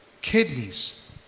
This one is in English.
Kidneys